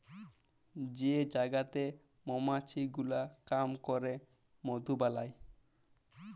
যে জায়গাতে মমাছি গুলা কাম ক্যরে মধু বালাই